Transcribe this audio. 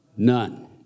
None